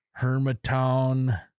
Hermitown